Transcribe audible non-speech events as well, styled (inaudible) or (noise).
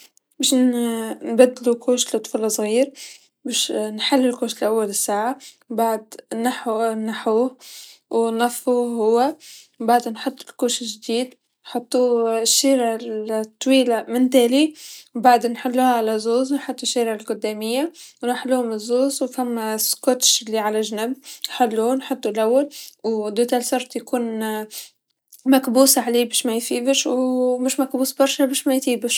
باش نبدلو كوش لطفل صغير، باش نحلو كوش لول ساعه، بعد نحو نحوه و نظفوه هو، بعد نحط الكوش جديد نحطو الشيرا الطويله مالتالي بعد نحلوها على زوز، نحط الشيرا القداميه و رحلوهم لزوز و فما سكوتش لعلى جنب، نحلوه نحطو لول و (unintelligible) يكون (hesitation) مكبوس عليه باش ميفيبرش و مش مكبوس برشا باش ميتسبسش.